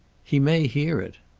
he may hear it.